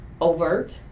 overt